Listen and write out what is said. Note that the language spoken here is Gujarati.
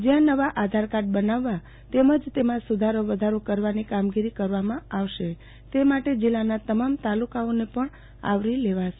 જ્યાં નવા આધાર કાર્ડ બનાવવા તેમજ તેમાં સુધારો વધારો કરવાની કામગીરી કરવામાં આવશે તે માટે જીલ્લાના તમામ તાલુકાઓ આવરી લેવાશે